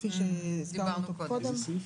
כפי שהזכרנו אותו קודם.